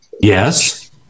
Yes